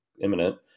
imminent